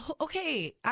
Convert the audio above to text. okay